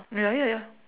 ya ya ya